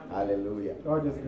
Hallelujah